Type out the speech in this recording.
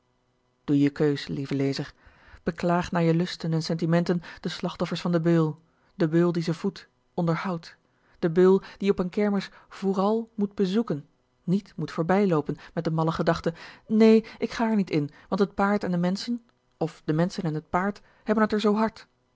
doe je keus lieve lezer beklaag naar je lusten en sentimenten de slachtoffers van den beul den beul die ze voedt onderhoudt den beul die je op n kermis vral moet bezoeken nièt moet voorbijloopen met de malle gedachte nee ik ga er niet in want t paard en de menschen of de menschen en t paard hebben t r zoo hard